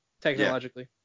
technologically